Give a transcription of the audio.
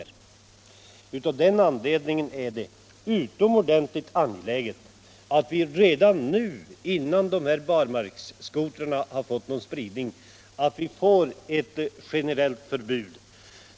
Av den anledningen är det utomordentligt angeläget att vi redan nu, innan barmarksskotrarna har fått någon stor spridning, inför ett generellt förbud.